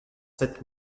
sept